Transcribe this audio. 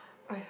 !aiya!